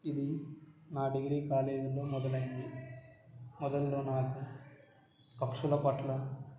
ఇది నా డిగ్రీ కాలేజీలో మొదలైంది మొదట్లో నాకు పక్షుల పట్ల